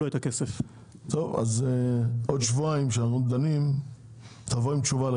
אז בעוד שבועיים כשאנחנו דנים תבוא עם תשובה.